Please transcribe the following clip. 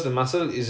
ya